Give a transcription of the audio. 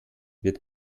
wird